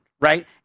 right